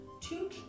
two